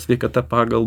sveikata pagal